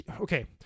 Okay